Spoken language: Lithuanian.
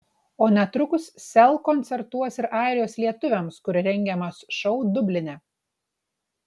o netrukus sel koncertuos ir airijos lietuviams kur rengiamas šou dubline